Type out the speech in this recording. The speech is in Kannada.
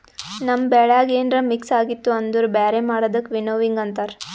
ನಮ್ ಬೆಳ್ಯಾಗ ಏನ್ರ ಮಿಕ್ಸ್ ಆಗಿತ್ತು ಅಂದುರ್ ಬ್ಯಾರೆ ಮಾಡದಕ್ ವಿನ್ನೋವಿಂಗ್ ಅಂತಾರ್